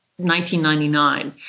1999